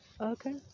Okay